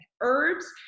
Herbs